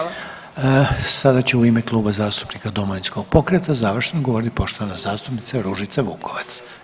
Sada će u ime Kluba zastupnika Domovinskog pokreta završno govoriti poštovana zastupnica Ružica Vukovac.